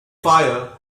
fire